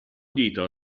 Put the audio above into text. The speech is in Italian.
dito